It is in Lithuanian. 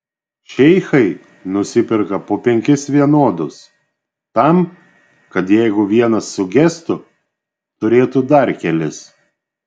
šeichai nusiperka po penkis vienodus tam kad jeigu vienas sugestų turėtų dar kelis